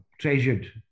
treasured